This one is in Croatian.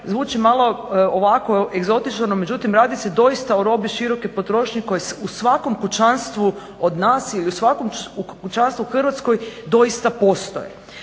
zvuči malo ovako egzotično, međutim radi se doista o robi široke potrošnje koje u svakom kućanstvu od nas ili u svakom kućanstvu u Hrvatskoj doista postoje.